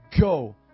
go